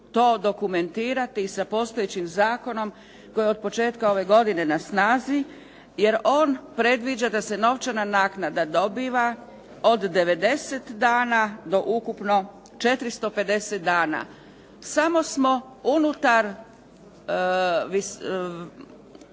to dokumentirati sa postojećim zakonom koji je od početka ove godine na snazi, jer on predviđa da se novčana naknada dobiva od 90 dana do ukupno 450 dana. Samo smo unutar